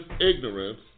ignorance